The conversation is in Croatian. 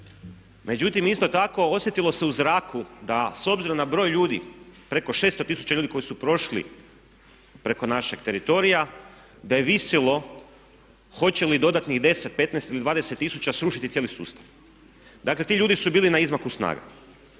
Međutim, isto tako osjetilo se u zraku da s obzirom na broj ljudi preko 600 tisuća ljudi koji su prošli preko našeg teritorija da je visjelo hoće li dodatnih 10, 15 ili 20 tisuća srušiti cijeli sustav. Dakle ti ljudi su bili na izmaku snaga.